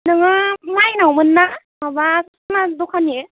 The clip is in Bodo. नोङो माइनावमोनना माबा सना दखाननि